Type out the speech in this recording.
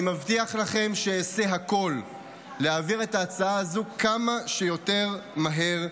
אני מבטיח לכם שאעשה הכול להעביר את ההצעה הזו כמה שיותר מהר,